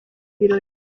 birori